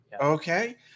Okay